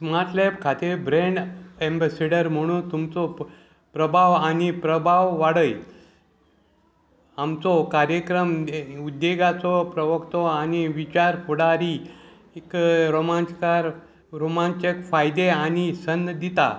smart lab खातीर brand ambassador म्हणून तुमचो प्रभाव आनी प्रभाव वाडय आमचो कार्यक्रम उद्देगाचो प्रवक्तो आनी विचार फुडारी क रोमांचकार रोमांचक फायदे आनी संद दिता